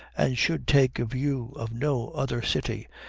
and should take a view of no other city,